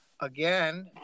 Again